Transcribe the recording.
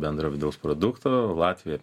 bendro vidaus produkto latvija